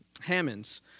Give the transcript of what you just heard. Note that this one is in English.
Hammonds